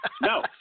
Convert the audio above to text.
No